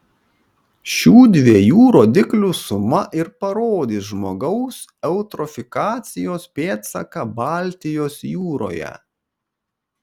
šių dviejų rodiklių suma ir parodys žmogaus eutrofikacijos pėdsaką baltijos jūroje